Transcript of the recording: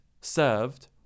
served